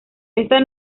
esta